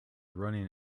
running